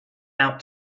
out